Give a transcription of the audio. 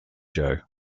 joe